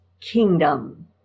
kingdom